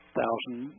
thousand